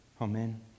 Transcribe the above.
Amen